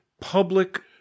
public